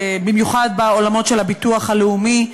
במיוחד בעולמות של הביטוח הלאומי,